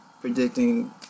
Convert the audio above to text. predicting